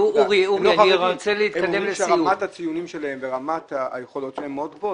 הם אומרים שרמת הציונים שלהן ורמת היכולות שלהן מאוד גבוהות.